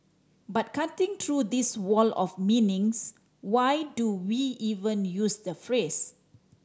but cutting through this wall of meanings why do we even use the phrase